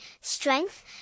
strength